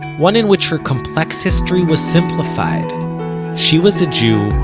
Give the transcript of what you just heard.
one in which her complex history was simplified she was a jew,